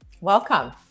Welcome